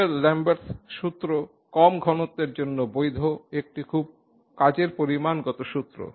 বিয়ার Lambert's সূত্র কম ঘনত্বের জন্য বৈধ একটি খুব কাজের পরিমাণগত সূত্র